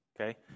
okay